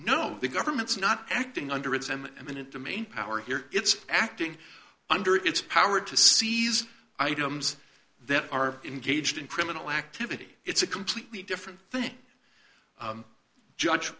no the government's not acting under exam and then into main power here it's acting under its power to seize items that are engaged in criminal activity it's a completely different thing judge